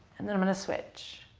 and then i'm going to switch,